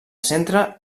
centre